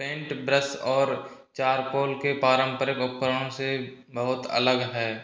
paint brush और charcoal के पारंपरिक उपकरणों से बहुत अलग है